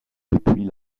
depuis